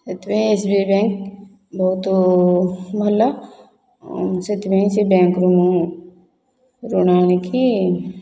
ସେଥିପାଇଁ S B I bank ବହୁତ ଭଲ ସେଥିପାଇଁ ସେ ବ୍ୟାଙ୍କରୁ ମୁଁ ଋଣ ଆଣିକି